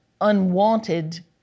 unwanted